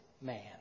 man